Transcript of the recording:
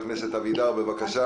בבקשה.